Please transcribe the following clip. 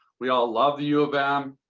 we all love the u of m.